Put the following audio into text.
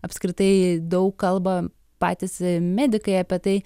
apskritai daug kalba patys medikai apie tai